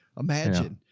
imagine,